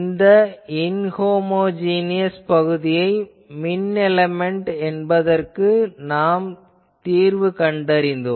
இந்த இன்ஹோமொஜீனியஸ் பகுதியை மின் எலமென்ட் என்பதற்கு நாம் தீர்வு கண்டறிந்தோம்